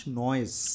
noise